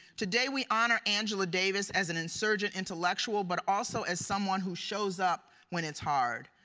today, we honor angela davis as an insurgent intellectual but also as someone who shows up when it's hard,